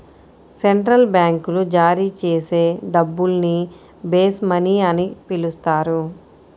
central బ్యాంకులు జారీ చేసే డబ్బుల్ని బేస్ మనీ అని పిలుస్తారు